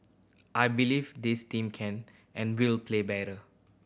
I believe this team can and will play better